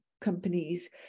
companies